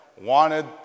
wanted